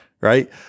right